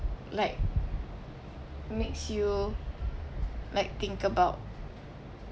like makes you like think about